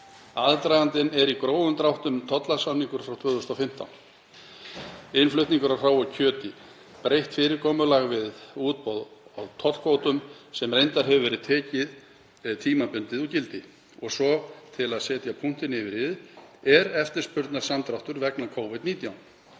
Aðdragandinn er í grófum dráttum tollasamningur frá 2015, innflutningur á hráu kjöti, breytt fyrirkomulag við útboð á tollkvótum sem reyndar hefur verið tekið tímabundið úr gildi. Svo til að setja punktinn yfir i-ið er eftirspurnarsamdráttur vegna Covid-19.